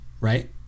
right